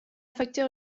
facteur